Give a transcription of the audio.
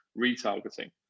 retargeting